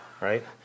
Right